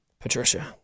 Patricia